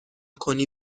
کنی